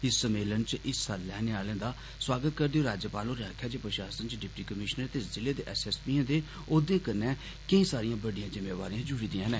इस सम्मेलन च हिस्सा लैने आहले दा स्वागत करदे राज्यपाल होरें आक्खेआ जे प्रशासन च डिप्टी कमीश्नरें ते जिले दे सी सी पीएं दे औह्दे कन्ने कई सारियां बड्डियां जिम्मेवारियां जुडी दियां न